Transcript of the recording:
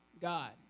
God